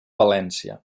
valència